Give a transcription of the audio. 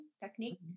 technique